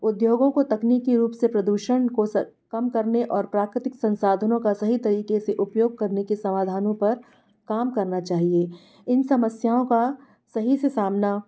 उद्योगों को तकनीकी रूप से प्रदूषण को कम करने और प्राकृतिक संसाधनों का सही तरीके से उपयोग करने के समाधानों पर काम करना चाहिए इन समस्याओं का सही से सामना